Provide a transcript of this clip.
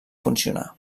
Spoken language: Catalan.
funcionar